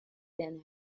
than